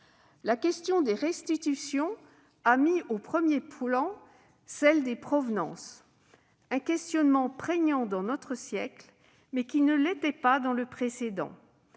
La question des restitutions a mis au premier plan celle des provenances, un questionnement prégnant dans notre siècle, mais qui ne l'était pas dans le précédent